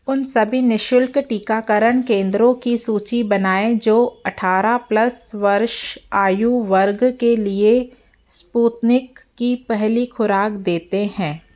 उन सभी निःशुल्क टीकाकरण केंद्रों की सूची बनाएँ जो अठारह प्लस आयु वर्ग के लिए स्पुतनिक की पहली खुराक देते हैं